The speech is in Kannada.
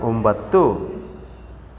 ಒಂಬತ್ತು